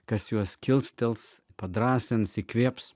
kas juos kilstels padrąsins įkvėps